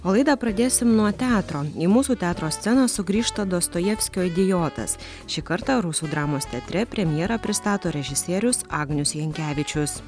o laidą pradėsim nuo teatro į mūsų teatro sceną sugrįžta dostojevskio idiotas šį kartą rusų dramos teatre premjerą pristato režisierius agnius jankevičius